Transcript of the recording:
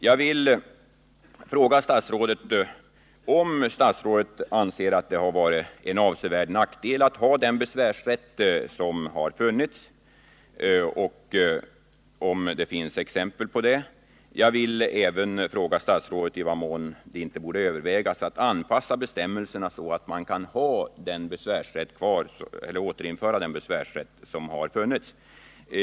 Jag vill fråga statsrådet om statsrådet anser att det har varit en avsevärd nackdel att ha denna besvärsrätt och om det finns exempel härpå. Vidare vill jag fråga statsrådet om det inte borde övervägas att anpassa bestämmelserna så, att besvärsrätten kan återinföras.